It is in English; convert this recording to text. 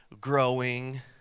growing